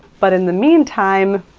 but in the meantime,